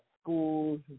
schools